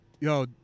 yo